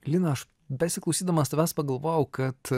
lina aš besiklausydamas tavęs pagalvojau kad